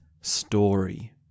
story